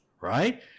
right